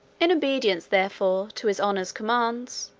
in obedience, therefore, to his honour's commands,